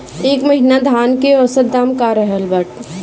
एह महीना धान के औसत दाम का रहल बा?